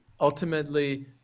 ultimately